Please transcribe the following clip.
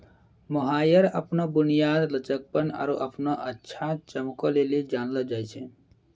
mohair अपनो बुनियाद, लचकपन आरु अपनो अच्छा चमको लेली जानलो जाय छै